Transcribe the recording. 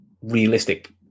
realistic